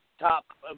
top